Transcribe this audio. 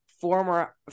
former